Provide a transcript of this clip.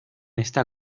está